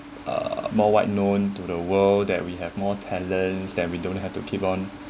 uh more wide known to the world that we have more talents that we don't have to keep on